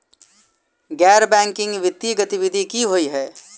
गैर बैंकिंग वित्तीय गतिविधि की होइ है?